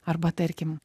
arba tarkim